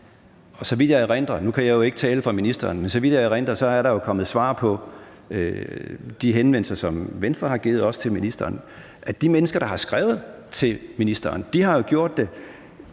ministeren – er der kommet svar på de henvendelser, som Venstre har sendt til ministeren. Og de mennesker, der har skrevet til ministeren, har gjort det